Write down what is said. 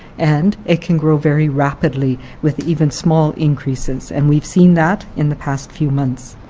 and it can grow very rapidly with even small increases. and we've seen that in the past few months.